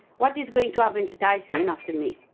what is going to happen to tyson and after me?